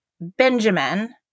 Benjamin